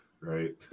right